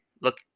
look